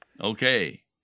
Okay